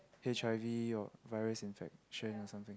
H_I_V or virus infection or something